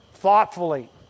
thoughtfully